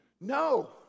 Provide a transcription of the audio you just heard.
No